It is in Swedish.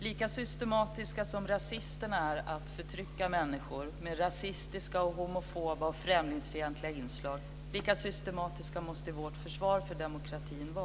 Lika systematiska som rasisterna är att förtrycka människor med rasistiska, homofoba och främlingsfientliga inslag, lika systematiskt måste vårt försvar för demokratin vara.